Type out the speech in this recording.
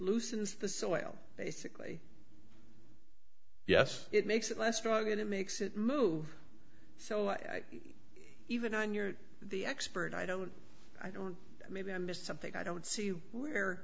loosens the soil basically yes it makes it less strong and it makes it move so even when you're the expert i don't i don't i maybe i missed something i don't see where